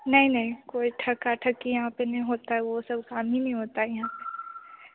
नहीं नहीं कोई ठका ठकी यहाँ पर नहीं होता है वह सब काम ही नहीं होता है यहाँ